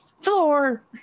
floor